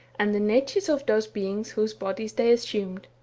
and the natures of those beings whose bodies they assumed.